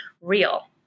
real